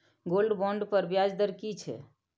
Gold bond पर ब्याज दर की छै?